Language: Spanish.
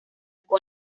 con